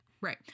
right